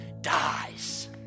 dies